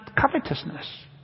covetousness